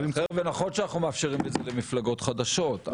נכון שאנחנו מאפשרים את זה למפלגות חדשות.